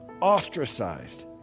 ostracized